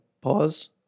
pause